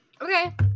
Okay